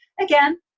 again